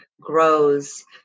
grows